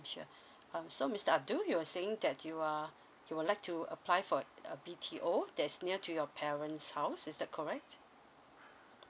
sure um so mister abdul you were saying that you are you would like to apply for a B_T_O that is near to your parents house is that correct